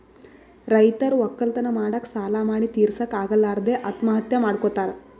ರೈತರ್ ವಕ್ಕಲತನ್ ಮಾಡಕ್ಕ್ ಸಾಲಾ ಮಾಡಿ ತಿರಸಕ್ಕ್ ಆಗಲಾರದೆ ಆತ್ಮಹತ್ಯಾ ಮಾಡ್ಕೊತಾರ್